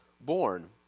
born